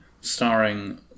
starring